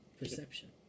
Perception